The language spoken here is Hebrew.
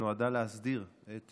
שנועדה להסדיר את